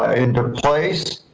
into place.